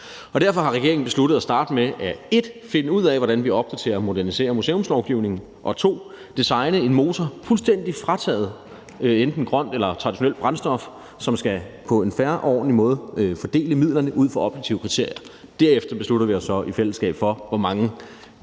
Derfor har regeringen besluttet at starte med 1) at finde ud af, hvordan vi opdaterer og moderniserer museumslovgivningen, og 2) at designe en motor, der fuldstændig er frataget et enten grønt eller traditionelt brændstof, og som på en fair og ordentlig måde skal fordele midlerne ud fra objektive kriterier. Derefter beslutter vi os så i fællesskab for, hvor mange